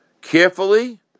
carefully